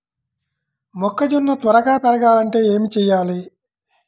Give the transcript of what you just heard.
మొక్కజోన్న త్వరగా పెరగాలంటే ఏమి చెయ్యాలి?